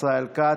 ישראל כץ,